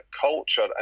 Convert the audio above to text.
culture